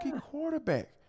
quarterback